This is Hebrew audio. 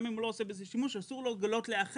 גם אם הוא לא עושה בזה שימוש אסור לו לגלות לאחר